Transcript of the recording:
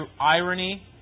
irony